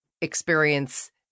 experience